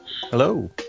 Hello